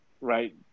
right